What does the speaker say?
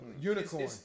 unicorn